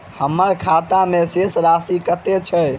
हम्मर खाता मे शेष राशि कतेक छैय?